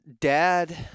Dad